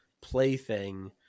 plaything